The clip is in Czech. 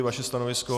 Vaše stanovisko?